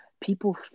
people